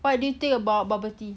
what do you think about bubble tea